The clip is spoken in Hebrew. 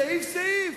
סעיף-סעיף.